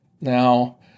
Now